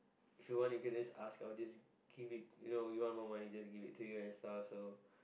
if you want you can just ask I'll just give it you know you want more money just give it to you and stuff you know